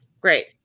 Great